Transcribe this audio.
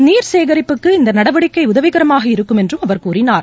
நீர் சேகரிப்புக்கு இந்த நடவடிக்கை உதவிகரமாக இருக்கும் என்றும் அவர் கூறினார்